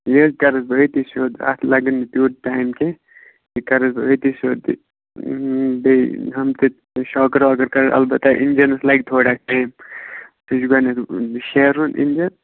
یہِ حظ کَرٕس بہٕ أتی سیٚود اَتھ لَگان نہٕ تیٛوٗت ٹایم کیٚنٛہہ یہِ کَرَس بہٕ أتی سیٚود بیٚیہِ ہُم تہِ شاکر واکر کرٕ البتہ اِنجَنَس لَگہِ تھوڑا ٹایم سُہ چھُ گۄڈٕنٮ۪تھ شیرُن اِنجَن